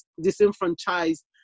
disenfranchised